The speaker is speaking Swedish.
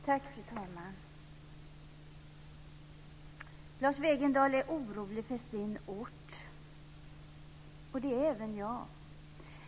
Fru talman! Lars Wegendal är orolig för sin ort. Det är även jag.